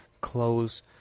close